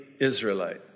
Israelite